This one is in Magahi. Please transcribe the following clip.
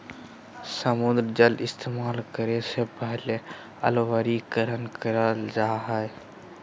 समुद्री जल इस्तेमाल करे से पहले अलवणीकरण करल जा हय